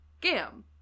Gam